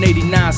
89